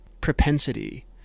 propensity